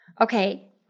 Okay